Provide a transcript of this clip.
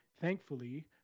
thankfully